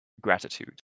gratitude